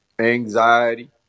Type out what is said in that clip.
anxiety